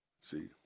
See